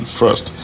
first